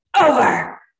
over